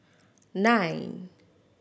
nine